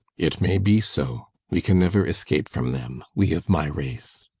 it may be so. we can never escape from them we of my race.